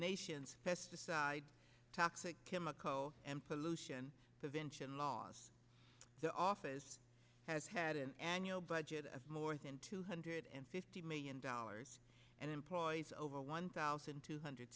nation's pesticide toxic chemical and pollution prevention laws the office has had an annual budget of more than two hundred and fifty million dollars and employs over one thousand two hundred